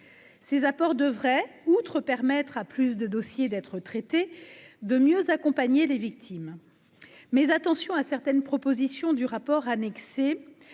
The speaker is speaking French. Ces apports de outre permettre à plus de dossiers d'être traité de mieux accompagner les victimes, mais attention à certaines propositions du rapport annexé